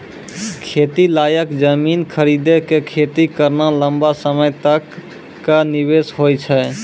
खेती लायक जमीन खरीदी कॅ खेती करना लंबा समय तक कॅ निवेश होय छै